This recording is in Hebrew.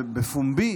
בפומבי